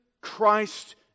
Christ